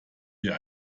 wir